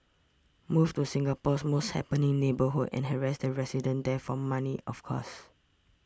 move to Singapore's most happening neighbourhood and harass the residents there for money of course